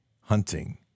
hunting